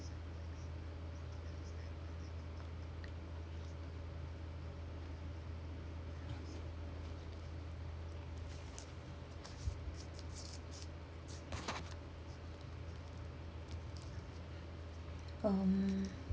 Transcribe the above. uh